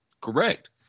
Correct